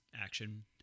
action